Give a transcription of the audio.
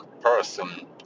person